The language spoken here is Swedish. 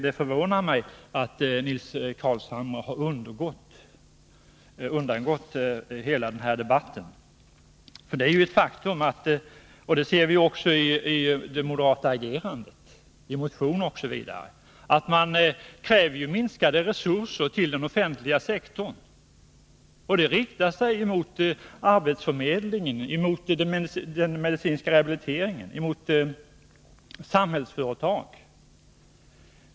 Det förvånar mig att hela den debatten har undgått Nils Carlshamre. Det är ju ett faktum — det ser vi också i det moderata agerandet i motioner osv. — att man kräver minskade resurser till den offentliga sektorn. Det riktar sig mot arbetsförmedlingen, mot den medicinska rehabiliteringen, mot Samhällsföretag.